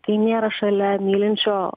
kai nėra šalia mylinčio